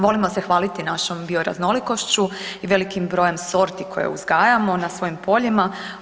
Volimo se hvaliti našom bioraznolikošću i velikim brojem sorti koje uzgajamo na svojim poljima.